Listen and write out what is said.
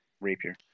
rapier